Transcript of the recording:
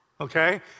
Okay